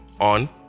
on